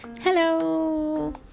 Hello